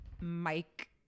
mike